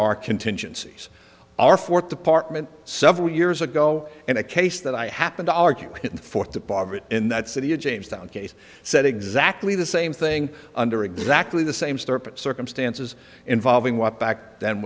are contingency our fourth department several years ago in a case that i happen to argue for to poverty in that city in jamestown case said exactly the same thing under exactly the same circumstances involving what back then